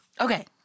Okay